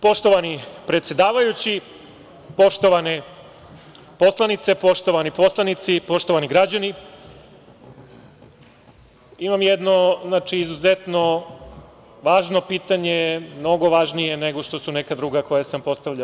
Poštovani predsedavajući, poštovane poslanice, poštovani poslanici i poštovani građani, imam jedno izuzetno važno pitanje, mnogo važnije nego što su neka druga koja sam postavljao.